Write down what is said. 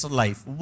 life